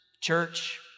church